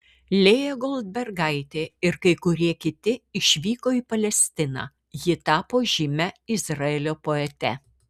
lėja goldbergaitė ir kai kurie kiti išvyko į palestiną ji tapo žymia izraelio poete